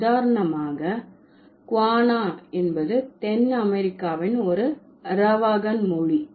உதாரணமாக குவானா என்பது தென் அமெரிக்காவின் ஒரு அரவாகன் மொழி